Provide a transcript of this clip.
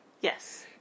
Yes